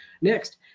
Next